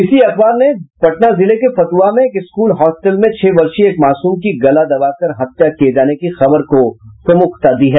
इसी अखबार ने पटना जिले के फतुहा में एक स्कूल होस्टल में छह वर्षीय एक मासूम की गला दबाकर हत्या किये जाने की खबर को प्रमुखता दी है